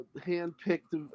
hand-picked